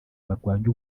barwanya